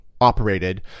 operated